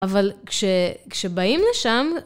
אבל כש... כשבאים לשם.